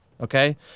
Okay